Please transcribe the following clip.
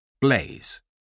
blaze